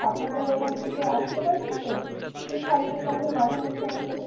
আপনাদের ওখান থেকে আসতে পারবেন তো ওই ফাল্গুন মাসের মাঝামাঝি সময় করে